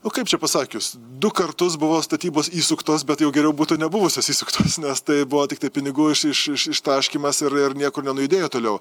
nu kaip čia pasakius du kartus buvo statybos įsuktos bet jau geriau būtų nebuvusios įsuktos nes tai buvo tiktai pinigų iš iš iš ištaškymas ir ir niekur nenujudėjo toliau